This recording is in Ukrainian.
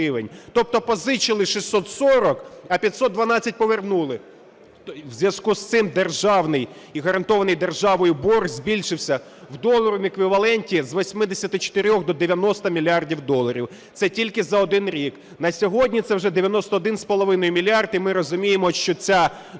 Тобто позичили 640, а 512 повернули. В зв'язку з цим державний і гарантований державою борг збільшився в доларовому еквіваленті з 84 до 90 мільярдів доларів. Це тільки за один рік. На сьогодні це вже 91,5 мільярд, і ми розуміємо, що ця доктрина